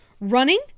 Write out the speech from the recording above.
Running